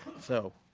so